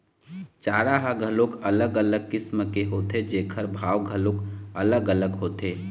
चारा ह घलोक अलग अलग किसम के होथे जेखर भाव घलोक अलग अलग होथे